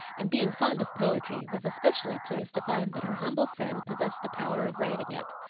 and being fond of poetry, was especially pleased to find that her humble friend possessed the power of writing it.